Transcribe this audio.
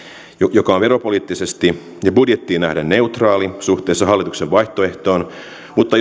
joka on veropoliittisesti ja budjettiin nähden neutraali suhteessa hallituksen vaihtoehtoon mutta